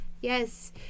Yes